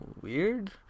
weird